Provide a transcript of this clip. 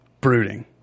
Brooding